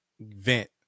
vent